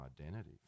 identity